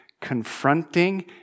confronting